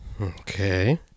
Okay